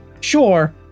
sure